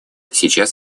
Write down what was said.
сейчас